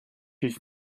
his